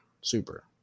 Super